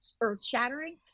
earth-shattering